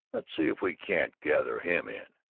let's see if we can't gather him in.